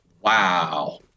Wow